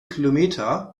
kilometer